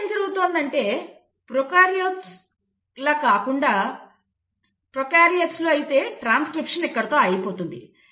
ఇక్కడ ఏం జరుగుతోందంటే ప్రోకార్యోట్లల కాకుండా ప్రోకార్యోట్ల లలో అయితే ట్రాన్స్క్రిప్షన్ ఇక్కడితో ఆగిపోతుంది